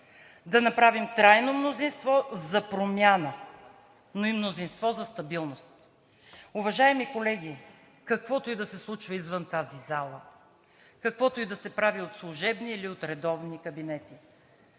да направим трайно мнозинство за промяна, но и мнозинство за стабилност. Уважаеми колеги, каквото и да се случва извън тази зала, каквото и да се прави от служебни или от редовни кабинети,